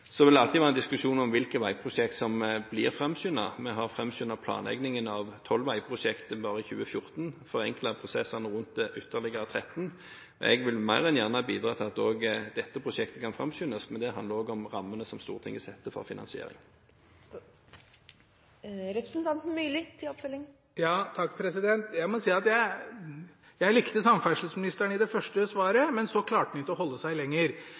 Så vil det alltid være en diskusjon om hvilke veiprosjekter som blir framskyndet. Vi har framskyndet planleggingen av 12 veiprosjekter bare i 2014 og forenklet prosessene rundt ytterligere 13. Jeg vil mer enn gjerne bidra til at også dette prosjektet kan framskyndes, men det handler også om rammene som Stortinget setter for finansieringen. Jeg må si at jeg likte samferdselsministeren i det første svaret, men så klarte han ikke å holde seg lenger.